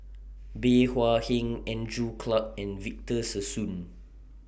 Bey Hua Heng Andrew Clarke and Victor Sassoon